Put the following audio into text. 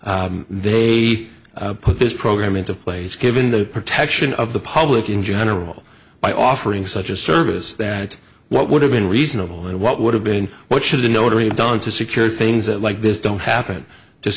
they put this program into place given the protection of the public in general by offering such a service that what would have been reasonable and what would have been what should the notary done to secure things that like this don't happen